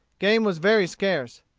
game was very scarce.